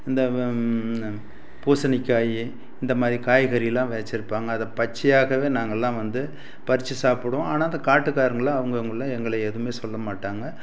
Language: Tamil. இந்த பூசணிக்காய் இந்தமாதிரி காய்கறியெலாம் விதைச்சிருப்பாங்க அதை பச்சையாகவே நாங்கெளாம் வந்து பறித்து சாப்பிடுவோம் ஆனால் அந்த காட்டுக்காரங்கெளாம் அவுங்கவங்கள எங்களை எதுவுமே சொல்லமாட்டாங்க